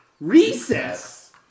Recess